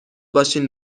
باشین